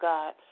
God